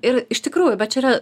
ir iš tikrųjų bet čia yra